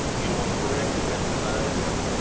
you know what corrective exercise is?